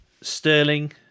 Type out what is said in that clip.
Sterling